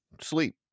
sleep